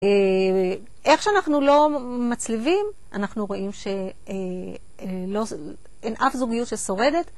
איך שאנחנו לא מצליבים, אנחנו רואים שאין אף זוגיות ששורדת.